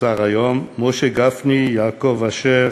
שר היום, משה גפני, יעקב אשר,